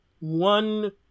one